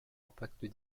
impacts